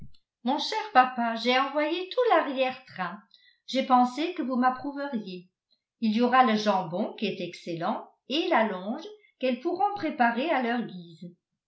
mon cher papa j'ai envoyé tout l'arrière-train j'ai pensé que vous m'approuveriez il y aura le jambon qui est excellent et la longe qu'elles pourront préparer à leur guise